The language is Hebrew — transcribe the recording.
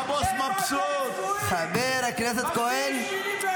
"הבוס מבסוט" --- משפחות חטופים, איפה אתם?